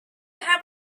have